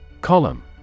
Column